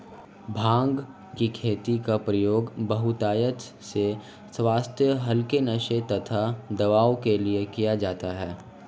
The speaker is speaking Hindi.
भांग की खेती का प्रयोग बहुतायत से स्वास्थ्य हल्के नशे तथा दवाओं के लिए किया जाता है